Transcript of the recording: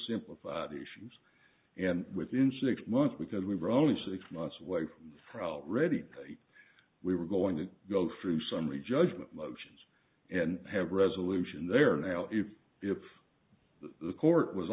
simplified haitians and within six months because we were only six months away from ready we were going to go through some reject motions and have resolution there now if if the court was